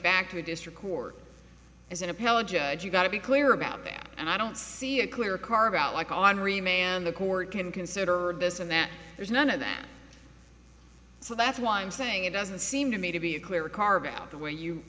back to the district court as an appellate judge you've got to be clear about that and i don't see a clear carve out like henri man the court can consider this and that there's none of that so that's why i'm saying it doesn't seem to me to be a clear carve out the way you